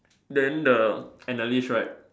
then the analyst right